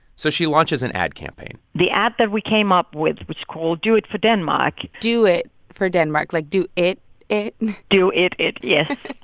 so she launches an ad campaign the ad that we came up with was called do it for denmark do it for denmark like do it it? do it it, yes.